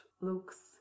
looks